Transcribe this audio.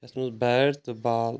یَتھ منٛز بیٹ تہٕ بال